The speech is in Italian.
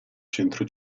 centro